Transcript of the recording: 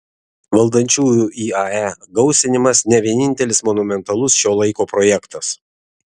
valdančiųjų iae gausinimas ne vienintelis monumentalus šio laiko projektas